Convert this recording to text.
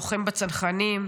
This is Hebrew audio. לוחם בצנחנים,